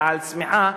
ועל צמיחה,